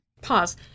Pause